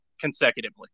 consecutively